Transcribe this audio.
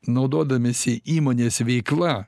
naudodamiesi įmonės veikla